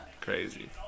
Crazy